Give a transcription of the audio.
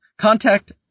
Contact